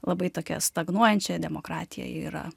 labai tokią stagnuojančią demokratiją ji yra